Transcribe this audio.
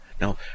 Now